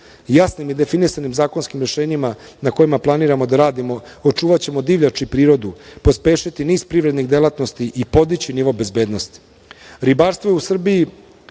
Jasnim i definisanim zakonskim rešenjima na kojima planiramo da radimo očuvaćemo divljač i prirodu, pospešiti niz privrednih delatnosti i podići nivo bezbednosti. Ribarstvo je u Srbiji